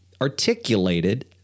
articulated